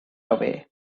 away